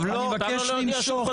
את זה תעשה, לא בשבילנו,